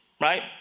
right